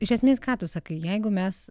iš esmės ką tu sakai jeigu mes